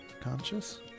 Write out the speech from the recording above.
conscious